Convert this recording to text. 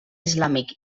islàmic